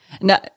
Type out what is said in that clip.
No